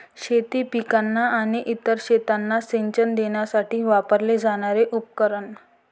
शेती पिकांना आणि इतर शेतांना सिंचन देण्यासाठी वापरले जाणारे उपकरण